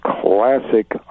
classic